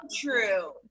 true